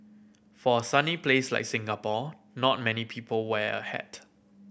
for a sunny place like Singapore not many people wear a hat